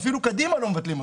אפילו קדימה לא מבטלים אותו,